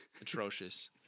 atrocious